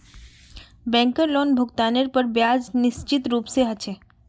बैंकेर लोनभुगतानेर पर ब्याज निश्चित रूप से ह छे